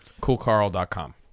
Coolcarl.com